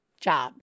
job